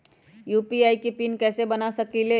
UPI के PIN कैसे बना सकीले?